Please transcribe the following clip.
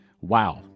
wow